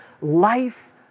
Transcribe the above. life